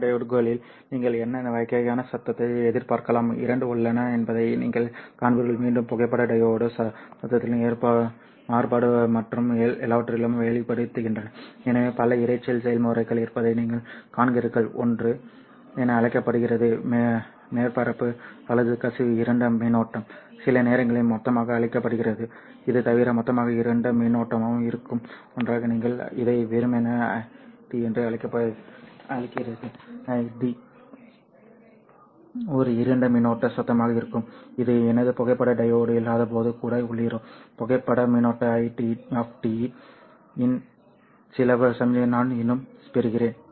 இப்போது புகைப்பட டையோட்களில் நீங்கள் என்ன வகையான சத்தத்தை எதிர்பார்க்கலாம் இரண்டு உள்ளன என்பதை நீங்கள் காண்பீர்கள் மீண்டும் புகைப்பட டையோடு சத்தங்களும் மாறுபாடு மற்றும் எல்லாவற்றிலும் வெளிப்படுத்தப்படுகின்றன எனவே பல இரைச்சல் செயல்முறைகள் இருப்பதை நீங்கள் காண்கிறீர்கள் ஒன்று என அழைக்கப்படுகிறது மேற்பரப்பு அல்லது கசிவு இருண்ட மின்னோட்டம் சில நேரங்களில் மொத்தமாக அழைக்கப்படுகிறது இது தவிர மொத்தமாக இருண்ட மின்னோட்டமும் இருக்கும் ஒன்றாக நீங்கள் இதை வெறுமனே Id என்று அழைக்கிறீர்கள் Id ஒரு இருண்ட மின்னோட்ட சத்தமாக இருக்கும் இது எனது புகைப்பட டையோடு இல்லாதபோது கூட ஒளிரும் புகைப்பட மின்னோட்ட Id இன் சில சமிக்ஞைகளை நான் இன்னும் பெறுகிறேன்